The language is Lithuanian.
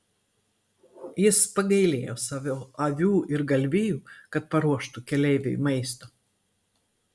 jis pagailėjo savo avių ir galvijų kad paruoštų keleiviui maisto